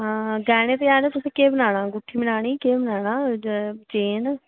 आं गैहने ते ऐ नै तुसें केह् बनाना अंगूठी बनानी केह् बनाना चेन